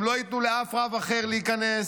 הם לא יתנו לאף רב אחר להיכנס,